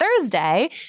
Thursday